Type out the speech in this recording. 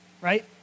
right